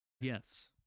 Yes